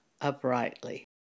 uprightly